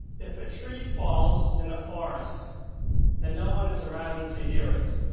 if a tree falls in the forest and no one is around to hear it,